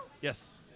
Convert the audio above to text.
Yes